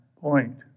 point